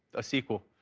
a sequel.